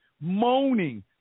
moaning